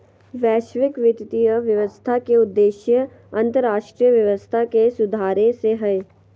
वैश्विक वित्तीय व्यवस्था के उद्देश्य अन्तर्राष्ट्रीय व्यवस्था के सुधारे से हय